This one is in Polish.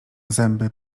zęby